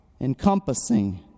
encompassing